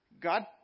God